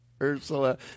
Ursula